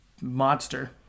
monster